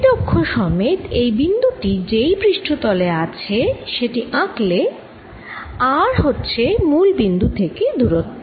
z অক্ষ সমেত এই বিন্দু টি যেই পৃষ্ঠ তলে আছে সেটি আঁকলে r হচ্ছে মূল বিন্দু থেকে দুরত্ব